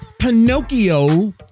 pinocchio